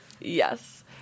Yes